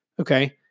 Okay